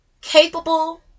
capable